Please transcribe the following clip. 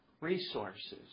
resources